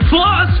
Plus